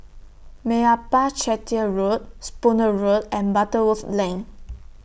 Meyappa Chettiar Road Spooner Road and Butterworth Lane